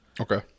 Okay